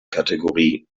kategorie